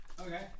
Okay